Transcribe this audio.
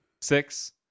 Six